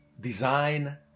design